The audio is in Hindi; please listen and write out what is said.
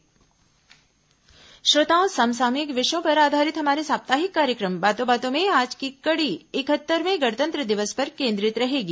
बातों बातों में श्रोताओं समसामयिक विषयों पर आधारित हमारे साप्ताहिक कार्यक्रम बातों बातों में आज की कड़ी इकहत्तरवें गणतंत्र दिवस पर केंद्रित रहेगी